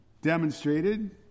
demonstrated